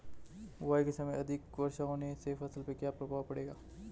बुआई के समय अधिक वर्षा होने से फसल पर क्या क्या प्रभाव पड़ेगा?